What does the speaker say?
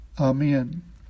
Amen